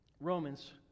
Romans